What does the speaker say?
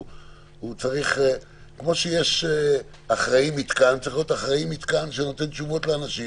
צריך להיות שם גם אחראי מתקן שנותן תשובות לאנשים